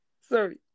sorry